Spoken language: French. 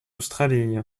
australie